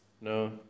no